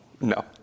No